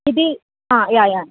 इति आ यायान्